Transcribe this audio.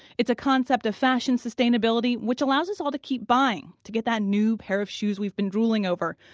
it's a concept of fashion sustainability which allows us all to keep buying, to get that new pair of shoes we've been drooling over,